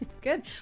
Good